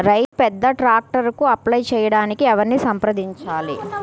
రైతు పెద్ద ట్రాక్టర్కు అప్లై చేయడానికి ఎవరిని సంప్రదించాలి?